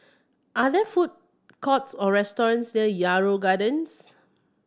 are there food courts or restaurants near Yarrow Gardens